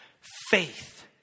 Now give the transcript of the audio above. faith